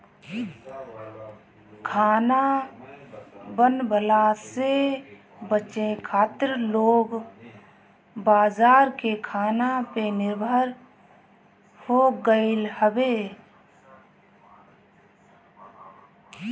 खाना बनवला से बचे खातिर लोग बाजार के खाना पे निर्भर हो गईल हवे